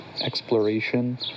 exploration